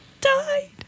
died